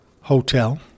hotel